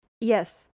yes